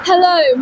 Hello